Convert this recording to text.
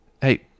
hey